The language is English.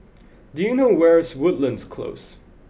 do you know where is Woodlands Close